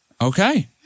Okay